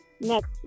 next